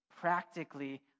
practically